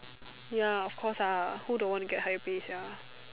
ya of course ah who don't want to get high pay sia